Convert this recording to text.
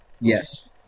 Yes